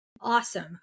awesome